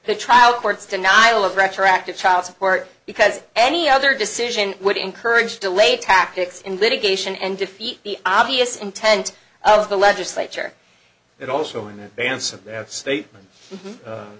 the trial court's denial of retroactive child support because any other decision would encourage delay tactics in litigation and defeat the obvious intent of the legislature but also in advance of the statement